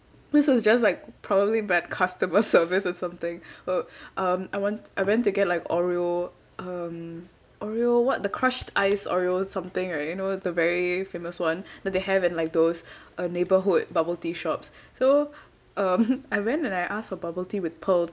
this was just like probably bad customer service or something uh um I want I went to get like oreo um oreo what the crushed ice oreo something right you know the very famous one that they have in like those uh neighbourhood bubble tea shops so um I went and I asked for bubble tea with pearls